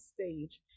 stage